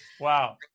Wow